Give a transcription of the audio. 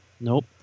Nope